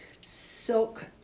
silk